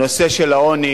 הנושא של העוני